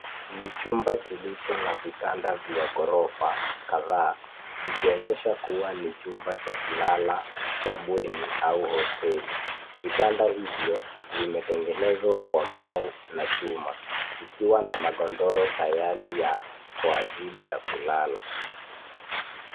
Ni chumba kilicho na vitanda vya ghorofa kadhaa, likionyesha kuwa ni chumba cha kulala cha bweni au hosteli. Vitanda hivyo vimetengenezwa kwa mbao na chuma, vikiwa na magondoro tayari ya kwa ajili ya kulala.